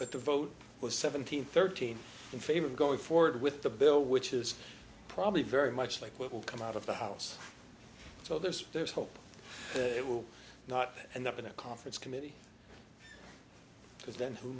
but the vote was seventeen thirteen in favor of going forward with the bill which is probably very much like what will come out of the house so there's there's hope it will not end up in a conference committee because then who